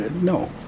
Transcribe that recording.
no